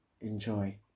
enjoy